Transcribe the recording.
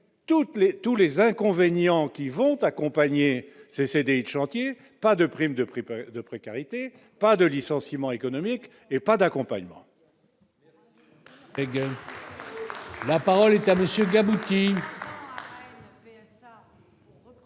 tous les inconvénients qui vont accompagner ces CD chantiers : pas de prime de préparer, de précarité, pas de licenciements économiques et pas d'accompagnement.